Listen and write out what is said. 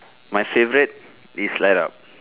my favourite is light up